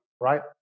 right